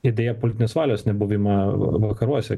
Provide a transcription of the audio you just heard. idėją politinės valios nebuvimą vakaruose